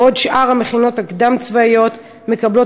בעוד שאר המכינות הקדם-צבאיות מקבלות